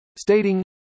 stating